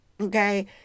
Okay